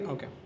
Okay